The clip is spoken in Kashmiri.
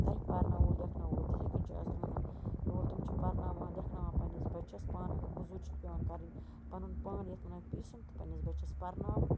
تۄیہِ پرناوو لیٚکھناوو تِتھ کٔنۍ چھُ آز تِمن رول تٔمۍ چھِ پرناوان لیٚکھناوان پننس بَچس پانہٕ اگر موٚضروٗرۍ چھکھ پیٚوان کَرٕنۍ پَنُن پان یَتھ وانان پیٖسُن تہٕ پننس بَچس پرناوُن